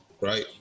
right